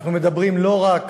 אנחנו מדברים לא רק